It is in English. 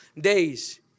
days